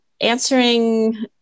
answering